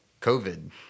COVID